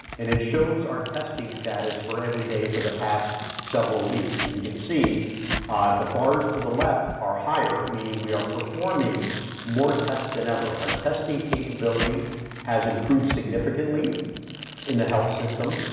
and it shows our testing status for every day for the past several weeks and you can see the bars to the left are higher meaning we are performing more tests than ever. our testing capability has improved significantly in the health system.